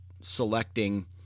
selecting